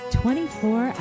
24